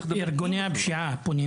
צריך לדבר עם החברה הערבית.